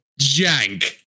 jank